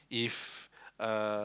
if uh